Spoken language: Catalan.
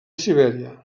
sibèria